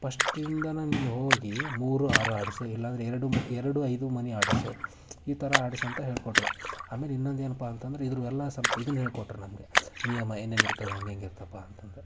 ಪಸ್ಟಿಂದ ನನಗೆ ಹೋಗಿ ಮೂರು ಆರು ಆಡಿಸು ಇಲ್ಲಾಂದರೆ ಎರಡು ಎರಡು ಐದು ಮನೆ ಆಡಿಸು ಈ ಥರ ಆಡಿಸಂತ ಹೇಳಿಕೊಟ್ರು ಆಮೇಲೆ ಇನ್ನೊಂದೇನಪ್ಪಾ ಅಂತ ಅಂದರೆ ಇದ್ರ ಎಲ್ಲ ಸ್ವಲ್ಪ ಇದುನ್ನ ಹೇಳಿಕೊಟ್ರು ನಮಗೆ ನಿಯಮ ಏನೇನು ಇರ್ತವೆ ಹೆಂಗೆಂಗಿರ್ತಪ್ಪ ಅಂತಂದು